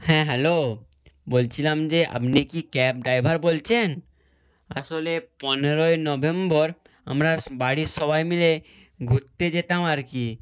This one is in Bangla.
হ্যাঁ হ্যালো বলছিলাম যে আপনি কি ক্যাব ড্রাইভার বলছেন আসলে পনেরোই নভেম্বর আমরা বাড়ির সবাই মিলে ঘুরতে যেতাম আর কি